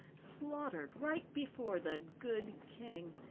slaughtered right before the good king.